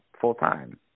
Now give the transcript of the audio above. full-time